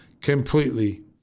completely